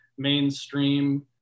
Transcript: mainstream